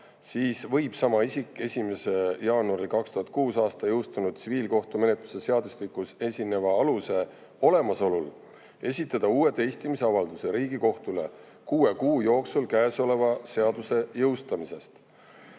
siis võib sama isik 1. jaanuaril 2006. aastal jõustunud tsiviilkohtumenetluse seadustikus esineva aluse olemasolul esitada uue teistmisavalduse Riigikohtule kuue kuu jooksul käesoleva seaduse jõustumisest."